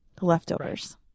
leftovers